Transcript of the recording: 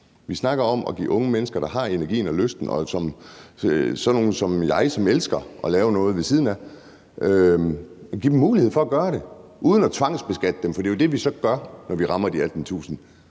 Vi snakker om at give unge mennesker, der har energien og lysten – sådan nogle som mig, som elsker at lave noget ved siden af – mulighed for at gøre det uden at tvangsbeskatte dem, for det er jo det, vi så gør, når de rammer de 18.000